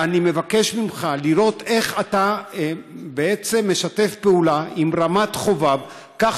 אני מבקש ממך לראות איך אתה בעצם משתף פעולה עם רמת חובב כך